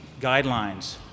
guidelines